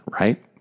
right